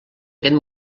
aquest